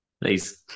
Please